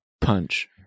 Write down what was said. punch